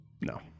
No